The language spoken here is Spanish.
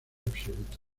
absoluta